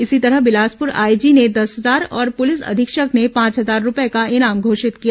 इसी तरह बिलासपुर आईजी ने दस हजार और पुलिस अधीक्षक ने पांच हजार रूपये का इनाम घोषित किया है